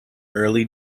early